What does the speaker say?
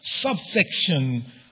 subsection